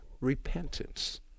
repentance